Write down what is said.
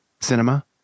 cinema